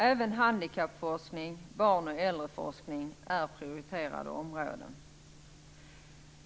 Även handikappforskning, barn och äldreforskning är prioriterade områden.